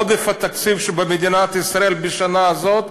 עודף התקציב של מדינת ישראל בשנה הזאת,